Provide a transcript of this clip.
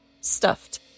stuffed